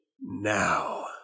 Now